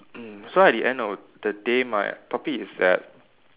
mm so at the end of the day my topic is that